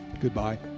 Goodbye